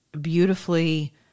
beautifully